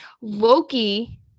Loki